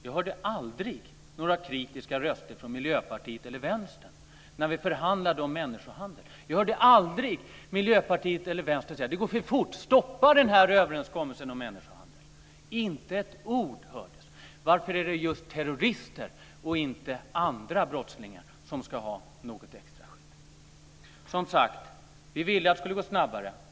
Jag hörde aldrig några kritiska röster från Miljöpartiet eller Vänstern när vi förhandlade om människohandel. Jag hörde aldrig Miljöpartiet eller Vänstern säga: Det går för fort, stoppa överenskommelsen om människohandel. Inte ett ord hördes. Varför är det just terrorister och inte andra brottslingar som ska ha något extra skydd? Vi ville att det skulle gå snabbare.